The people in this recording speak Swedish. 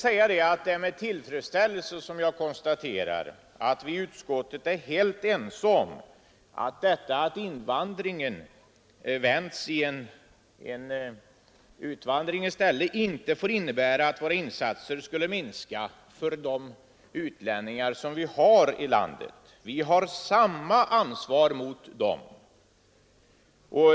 Det är med tillfredsställelse jag konstaterar att vi i utskottet är helt eniga om att det förhållandet att invandringen vänds till en utvandring inte får innebära att våra insatser minskar för de utlänningar som vi har i landet — vi har fortfarande samma ansvar för dem.